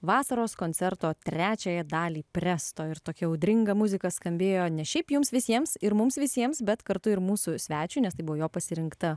vasaros koncerto trečiąją dalį presto ir tokia audringa muzika skambėjo ne šiaip jums visiems ir mums visiems bet kartu ir mūsų svečiui nes tai buvo jo pasirinkta